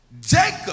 Jacob